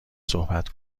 صحبت